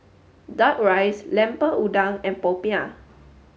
duck rice Lemper Udang and Popiah